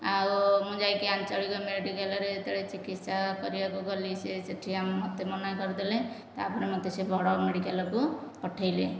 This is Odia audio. ଆଉ ମୁଁ ଯାଇକି ଆଞ୍ଚଳିକ ମେଡ଼ିକାଲରେ ଯେତେବେଳେ ଚିକିତ୍ସା କରିବାକୁ ଗଲି ସେ ସେଠି ମୋତେ ମନା କରିଦେଲେ ତା'ପରେ ସେ ମୋତେ ବଡ଼ ମେଡ଼ିକାଲ ପଠାଇଲେ